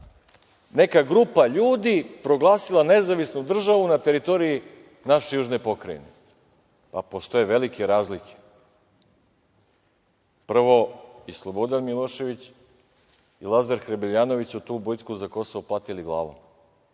neka grupa ljudi proglasila nezavisnu državu na teritoriji naše južne pokrajine. Postoje velike razlike. Prvo, i Slobodan Milošević i Lazar Hrebeljanović su tu bitku za Kosovo platili glavom. Kako